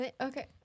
Okay